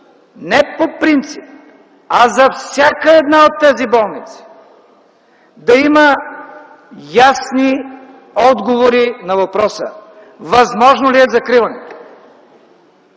не по принцип, а за всяка една от тези болници да има ясни отговори на въпроса възможно ли е закриването,